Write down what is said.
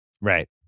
Right